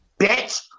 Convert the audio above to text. Bitch